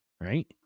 right